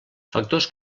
factors